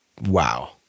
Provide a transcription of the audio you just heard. wow